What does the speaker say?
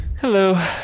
Hello